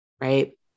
right